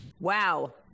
wow